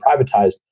privatized